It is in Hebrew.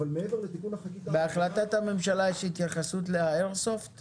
אבל מעבר לתיקון החקיקה --- בהחלטת הממשלה יש התייחסות לאיירסופט?